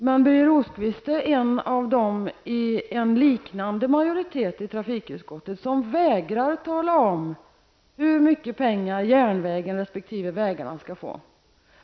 Men Birger Rosqvist är en av dem i en liknande majoritet i trafikutskottet som vägrar tala om hur mycket pengar järnvägen resp. vägarna skall få.